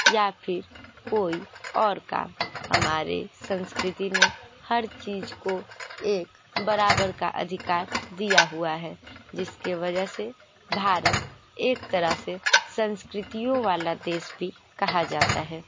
या फिर कोई और काम हमारे संस्कृति ने हर चीज को एक बराबर का अधिकार दिया हुआ है जिसके वजह से भारत एक तरह से संस्कृतियों वाला देश भी कहा जाता है